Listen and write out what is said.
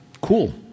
cool